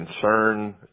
concern